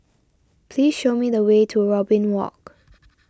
please show me the way to Robin Walk